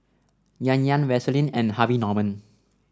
Yan Yan Vaseline and Harvey Norman